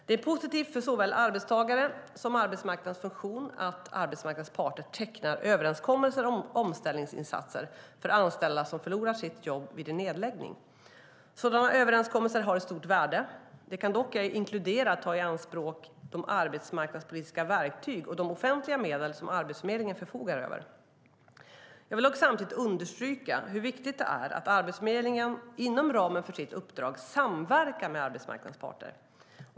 Det är positivt för såväl arbetstagare som arbetsmarknadens funktion att arbetsmarknadens parter tecknar överenskommelser om omställningsinsatser för anställda som förlorar sitt jobb vid en nedläggning. Sådana överenskommelser har ett stort värde. De kan dock ej inkludera och ta i anspråk de arbetsmarknadspolitiska verktyg och de offentliga medel som Arbetsförmedlingen förfogar över. Jag vill dock samtidigt understryka hur viktigt det är att Arbetsförmedlingen inom ramen för sitt uppdrag samverkar med arbetsmarknadens parter.